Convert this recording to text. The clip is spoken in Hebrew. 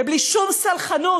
ובלי שום סלחנות,